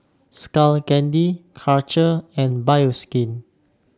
Skull Candy Karcher and Bioskin